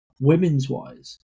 women's-wise